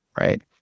right